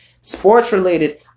sports-related